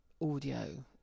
audio